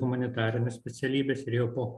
humanitarines specialybes ir jau po